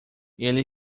ele